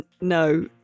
No